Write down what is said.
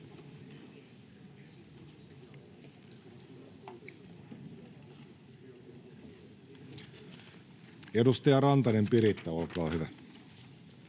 Edustaja Rantanen, Piritta, olkaa hyvä.